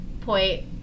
point